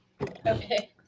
Okay